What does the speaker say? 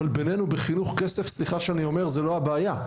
אבל בינינו בחינוך כסף סליחה שאני אומר זה לא הבעיה,